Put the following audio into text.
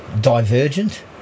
Divergent